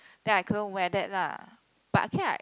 then I couldn't wear that lah but okay lah